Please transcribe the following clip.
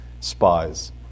spies